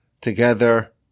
together